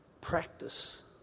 practice